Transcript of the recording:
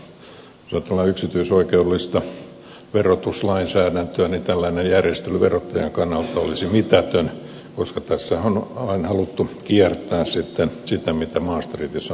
jos ajatellaan yksityisoikeudellista verotuslainsäädäntöä niin tällainen järjestely verottajan kannalta olisi mitätön koska tässä on haluttu kiertää sitä mitä maastrichtissa aikanaan on sovittu